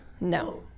No